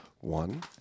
One